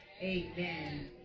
amen